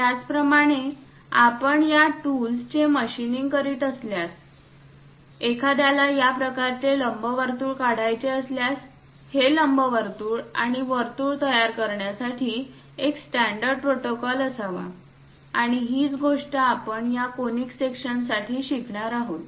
त्याचप्रमाणे आपण या टूल्स चे मशीनिंग करीत असताना एखाद्याला या प्रकारचे लंबवर्तुळ काढायचे असल्यास हे लंबवर्तुळ आणि वर्तुळ तयार करण्यासाठी एक स्टॅंडर्ड प्रोटोकॉल असावा आणि हीच गोष्ट आपण या कॉनिक सेक्शन्ससाठी शिकणार आहोत